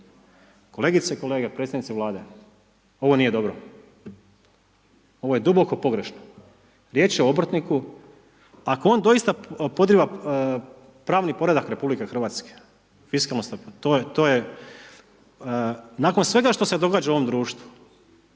Kolegice i kolege, predstavnici Vlade ovo nije dobro, ovo je duboko pogrešno, riječ je o obrtniku ako on doista podriva pravni poredak RH fiskalnu stabilnost, nakon svega što se događa u ovom društvu